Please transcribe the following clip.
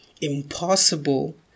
impossible